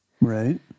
Right